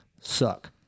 suck